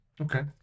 okay